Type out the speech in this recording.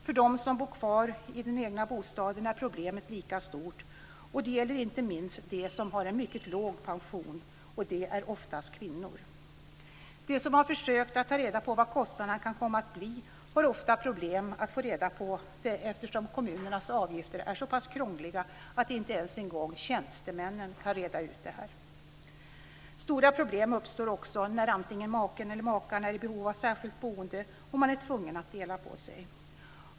För dem som bor kvar i den egna bostaden är problemet lika stort. Det gäller inte minst de som har en mycket låg pension, och det är oftast kvinnor. De som har försökt att ta reda på vad kostnaderna kan komma att bli har ofta problem att få reda på det, eftersom kommunernas avgifter är så pass krångliga att inte ens tjänstemännen kan reda ut detta. Stora problem uppstår också när antingen maken eller makan är i behov av särskilt boende och man är tvungen att dela på sig.